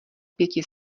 pěti